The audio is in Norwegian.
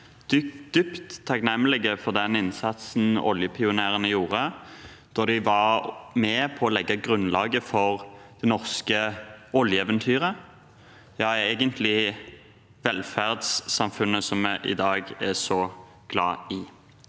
dypt takknemlige for den innsatsen oljepionerene gjorde da de var med på å legge grunnlaget for det norske oljeeventyret, ja egentlig velferdssamfunnet som vi i dag er så glad i.